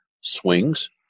swings